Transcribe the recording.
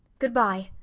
good-bye.